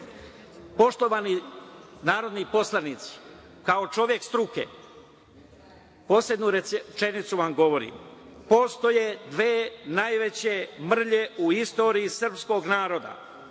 poštovani narodni poslanici, kao čovek struke, poslednju rečenicu vam govorim, postoje dve najveće mrlje u istoriji srpskog naroda.